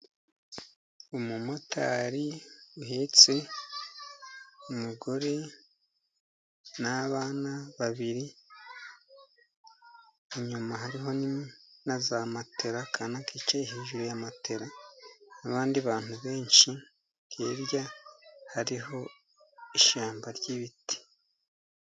umumotari uhetse umugore n'abana babiri, inyuma hariho na za matera akana kicaye hejuru ya matela ,abandi bantu benshi hirya hariho ishyamba ry'ibiti.